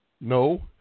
No